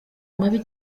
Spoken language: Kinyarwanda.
mabi